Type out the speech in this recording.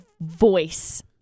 voice